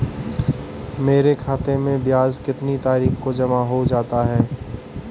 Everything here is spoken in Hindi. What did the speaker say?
मेरे खाते में ब्याज कितनी तारीख को जमा हो जाता है?